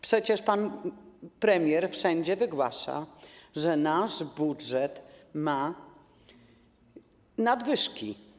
Przecież pan premier wszędzie wygłasza, że nasz budżet ma nadwyżki.